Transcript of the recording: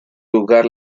lugar